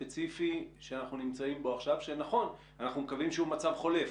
הספציפי שאנחנו נמצאים בו עכשיו שאנחנו מקווים שהוא מצב חולף,